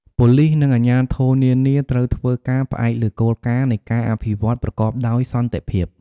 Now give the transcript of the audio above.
ប៉ូលីសនិងអាជ្ញាធរនានាត្រូវធ្វើការផ្អែកលើគោលការណ៍នៃការអភិវឌ្ឍប្រកបដោយសន្តិភាព។